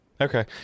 Okay